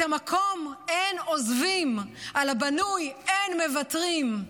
"את המקום אין עוזבים, על הבנוי אין מוותרים".